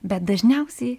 bet dažniausiai